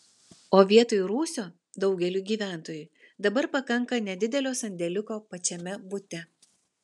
o vietoj rūsio daugeliui gyventojų dabar pakanka nedidelio sandėliuko pačiame bute